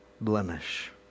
blemish